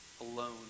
alone